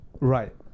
right